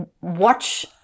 watch